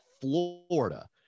Florida